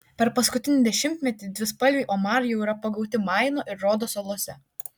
per paskutinį dešimtmetį dvispalviai omarai jau yra pagauti maino ir rodo salose